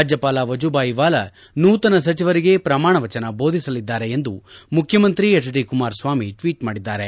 ರಾಜ್ಯಪಾಲ ವಜೂಭಾಯಿ ವಾಲಾ ನೂತನ ಸಚಿವರಿಗೆ ಪ್ರಮಾಣವಚನ ಬೋಧಿಸಲಿದ್ದಾರೆ ಎಂದು ಮುಖ್ಯಮಂತ್ರಿ ಎಚ್ ಡಿ ಕುಮಾರಸ್ವಾಮಿ ಟ್ವೀಟ್ ಮಾಡಿದ್ದಾರೆ